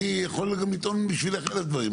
אני יכול גם לטעון בשבילך על הדברים.